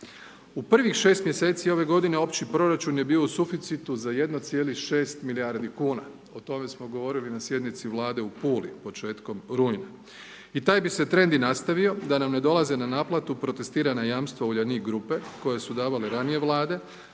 U prvih 6 mjeseci ove godine opći proračun je bio u suficitu za 1,6 milijardi kuna. O tme smo govorili na sjednici Vlade u Puli, početkom rujna. I taj bi se trend i nastavio da nam ne dolaze na naplatu protestirana jamstva Uljanik grupe koje su davale ranije Vlade,